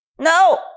No